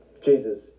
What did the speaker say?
Jesus